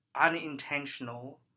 unintentional